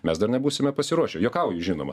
mes dar nebūsime pasiruošę juokauju žinoma